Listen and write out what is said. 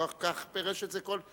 כך פירש את זה כל,